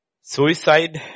Suicide